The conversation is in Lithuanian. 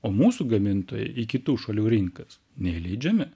o mūsų gamintojai į kitų šalių rinkas neįleidžiami